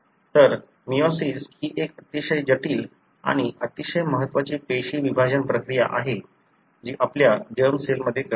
तर मेयोसिस ही एक अतिशय जटिल आणि अतिशय महत्वाची पेशी विभाजन प्रक्रिया आहे जी आपल्या जर्म सेल मध्ये घडते